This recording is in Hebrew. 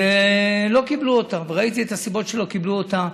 ולא קיבלו אותה, וראיתי את הסיבות שלא קיבלו אותה.